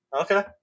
Okay